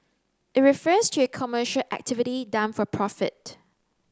it refers to a commercial activity done for profit